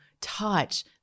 touch